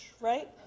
right